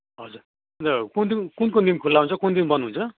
हजुर त्यो कुन कुन कुन दिन खुला हुन्छ कुन दिन बन्द हुन्छ